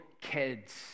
kids